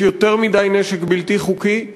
יש יותר מדי נשק בלתי חוקי,